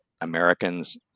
Americans